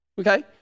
okay